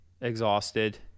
exhausted